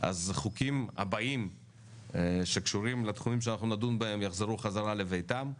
אז הצעות החוק הבאות שקשורות לתחומים שנדון בהם יחזרו בחזרה לביתם.